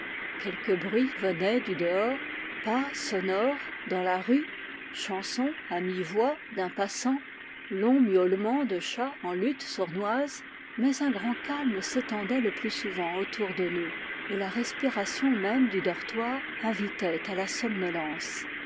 quelques bruits venaient du dehors pas sonores dans la rue chanson à mi-voix d'un passant longs miaulements de chats en lutte sournoise mais un grand calme s'étendait le plus souvent autour de nous et la respiration même du dortoir inyitait à la somnolence